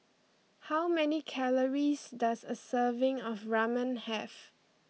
how many calories does a serving of Ramen have